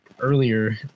earlier